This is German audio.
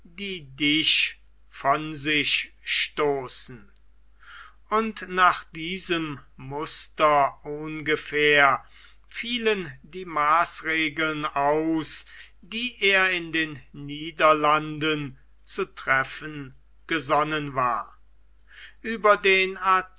dich von sich stoßen und nach diesem muster ungefähr fielen die maßregeln aus die er in den niederlanden zu treffen gesonnen war ueber den